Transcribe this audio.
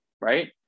Right